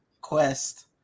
quest